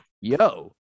yo